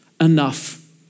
enough